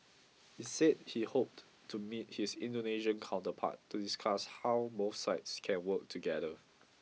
he said he hoped to meet his Indonesian counterpart to discuss how both sides can work together